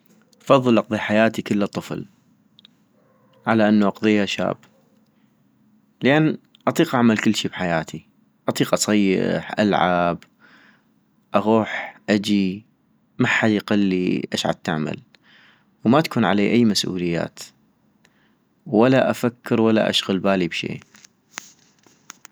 افضل اقضي حياتي كلا طفل، على انو اقضيها شاب- لان اطيق اعمل كلشي بحياتي، اطيق اصيح العب، اغوح اجي، محد يقلي اش عتعمل، وما تكون علي اي مسؤوليات ولا افكر ولا اشغل بالي بشي